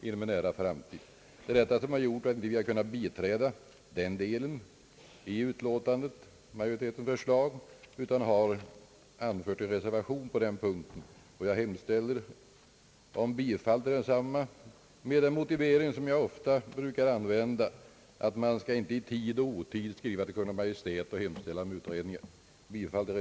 Det är detta som har gjort att vi inte kunnat biträda majoritetens förslag utan har framfört en reservation på den punkten. Jag hemställer om bifall till densamma med den motivering som jag ofta brukar använda, nämligen att man inte i tid och otid skall skriva till Kungl. Maj:t och hemställa om utredningar.